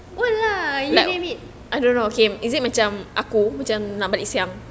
old lah you don't get it